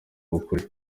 ukuri